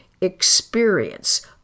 Experience